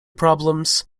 problems